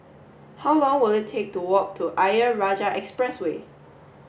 how long will it take to walk to Ayer Rajah Expressway